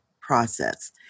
process